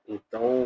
Então